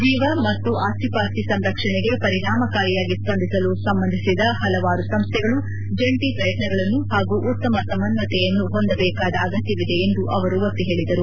ಜೀವ ಮತ್ತು ಆಸ್ತಿಪಾಸ್ತಿ ಸಂರಕ್ಷಣೆಗೆ ಪರಿಣಾಮಕಾರಿಯಾಗಿ ಸ್ವಂದಿಸಲು ಸಂಬಂಧಿಸಿದ ಹಲವಾರು ಸಂಸ್ಥೆಗಳು ಜಂಟಿ ಪ್ರಯತ್ನಗಳನ್ನು ಹಾಗೂ ಉತ್ತಮ ಸಮನ್ವಯತೆಯನ್ನು ಹೊಂದಬೇಕಾದ ಅಗತ್ಯವಿದೆ ಎಂದು ಅವರು ಒತ್ತಿ ಹೇಳಿದರು